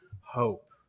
hope